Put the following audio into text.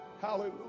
Hallelujah